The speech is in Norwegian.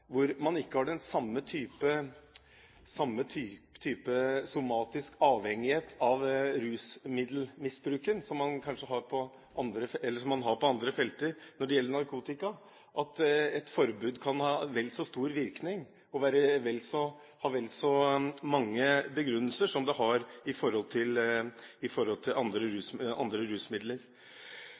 hvor man ikke har den samme typen somatisk avhengighet av rusmiddelmisbruket som man har på andre felter, når det gjelder narkotika – kan et forbud ha vel så stor virkning og ha vel så mange begrunnelser som når det gjelder andre rusmidler. Så jeg håper at det legges stor vekt på den diskusjonen i forberedelsene til stortingsmeldingen. Vi har hørt innlegg om det her i